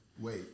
Wait